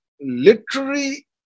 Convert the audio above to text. literary